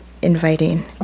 inviting